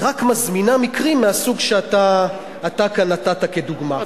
היא רק מזמינה מקרים מהסוג שאתה כאן נתת כדוגמה.